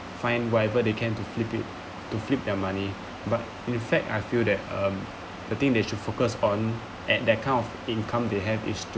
find whatever they can to flip it to flip their money but in fact I feel that um the thing they should focus on at that kind of income they have is